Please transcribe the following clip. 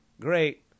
Great